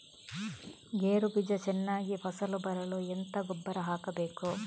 ಗೇರು ಬೀಜ ಚೆನ್ನಾಗಿ ಫಸಲು ಬರಲು ಎಂತ ಗೊಬ್ಬರ ಹಾಕಬೇಕು?